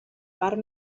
part